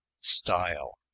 style